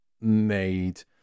made